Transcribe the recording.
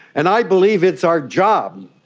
and i believe it's our job,